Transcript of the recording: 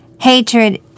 Hatred